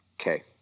Okay